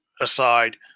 aside